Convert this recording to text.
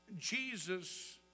Jesus